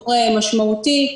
תגבור משמעותי,